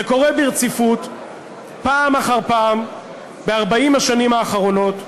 זה קורה ברציפות פעם אחר פעם ב-40 השנים האחרונות,